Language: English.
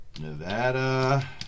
Nevada